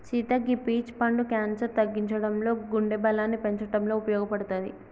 సీత గీ పీచ్ పండు క్యాన్సర్ తగ్గించడంలో గుండె బలాన్ని పెంచటంలో ఉపయోపడుతది